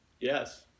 Yes